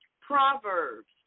Proverbs